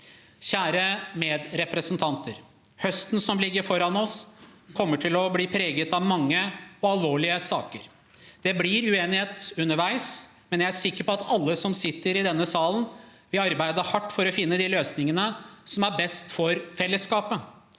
Kjære medrepresentanter! Høsten som ligger foran oss, kommer til å bli preget av mange og alvorlige saker. Det blir uenighet underveis, men jeg er sikker på at alle som sitter i denne salen, vil arbeide hardt for å finne de løsningene som er best for fellesskapet.